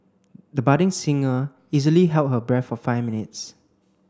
the budding singer easily held her breath for five minutes